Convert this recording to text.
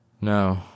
no